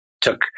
took